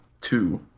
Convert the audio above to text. two